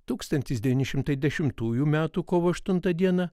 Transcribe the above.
tūkstantis devyni šimtai dešimtųjų metų kovo aštuntą dieną